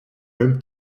même